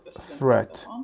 threat